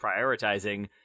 prioritizing